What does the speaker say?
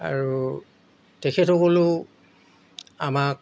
আৰু তেখেতসকলেও আমাক